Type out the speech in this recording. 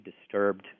disturbed